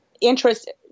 interest